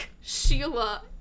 Sheila